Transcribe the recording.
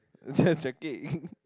yeah checking